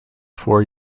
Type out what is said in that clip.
four